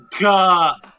god